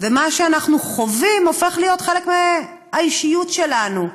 ומה שאנחנו חווים, הופך להיות חלק מהאישיות שלנו.